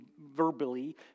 verbally